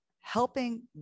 helping